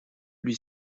lui